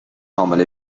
حامله